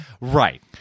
right